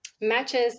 matches